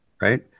right